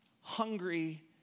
hungry